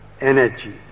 energy